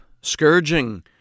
scourging